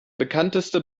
bekannteste